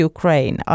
Ukraine